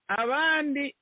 avandi